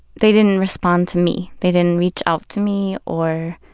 they didn't respond to me. they didn't reach out to me or,